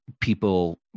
people